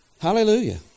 Hallelujah